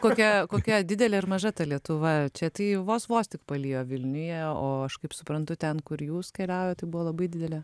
kokia kokia didelė ir maža ta lietuva čia tai vos vos tik palijo vilniuje o aš kaip suprantu ten kur jūs keliaujat tai buvo labai didelė